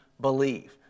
believe